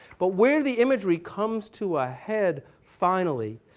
but where the imagery comes to a head, finally,